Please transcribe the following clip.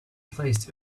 placed